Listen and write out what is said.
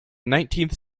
nineteenth